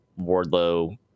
wardlow